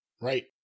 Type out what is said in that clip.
Right